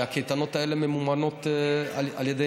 הרי הקייטנות האלה ממומנות על ידי